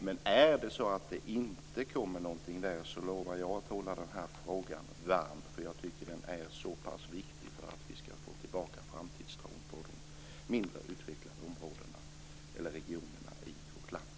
Men om det inte kommer något där så lovar jag att hålla den här frågan varm, för jag tycker att den är så pass viktig för att vi skall få tillbaka framtidstron i de mindre utvecklade regionerna i vårt land.